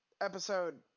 episode